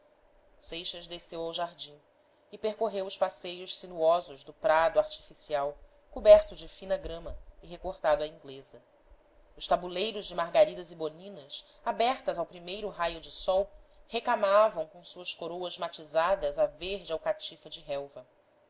desceu ao jardim e percorreu os passeios sinuosos do prado artificial coberto de fina grama e recortado à inglesa os tabuleiros de margaridas e boninas abertas ao primeiro raio de sol recamavam com suas coroas matizadas a verde alcatifa de relva